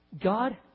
God